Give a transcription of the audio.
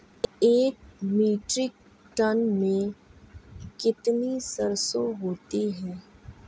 एक metric ton में कितनी सरसों होती है?